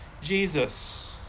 Jesus